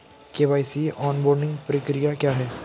KYC onboarding प्रक्रिया क्या है?